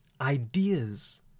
ideas